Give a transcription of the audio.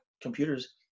computers